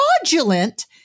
fraudulent